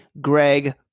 Greg